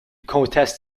conteste